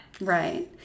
Right